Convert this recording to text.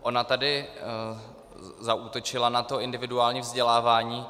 Ona tady zaútočila na to individuální vzdělávání.